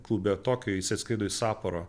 klube tokijuj jis atskrido į saporo